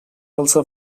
also